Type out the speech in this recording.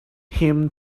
him